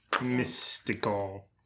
mystical